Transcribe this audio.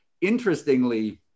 interestingly